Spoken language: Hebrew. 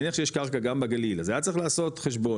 נניח שיש קרקע גם בגליל אז היה צריך לעשות חשבון,